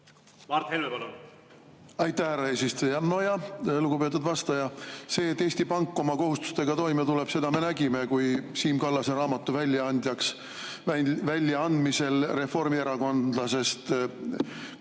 Mart Helme, palun! Aitäh, härra eesistuja! Lugupeetud vastaja! See, et Eesti Pank oma kohustustega toime tuleb, seda me nägime, kui Siim Kallase raamatu väljaandmisel reformierakondlasest kirjastuse